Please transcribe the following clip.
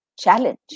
challenge